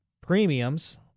premiums